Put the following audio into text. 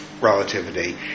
relativity